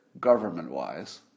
government-wise